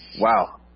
Wow